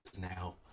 now